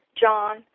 John